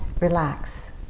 relax